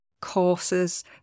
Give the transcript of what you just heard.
courses